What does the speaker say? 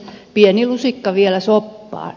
pieni lusikka vielä soppaan